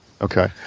Okay